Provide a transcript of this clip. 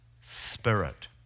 spirit